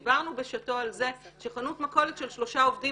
דיברנו בשעתו על זה שחנות מכולת של שלושה עובדים